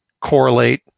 correlate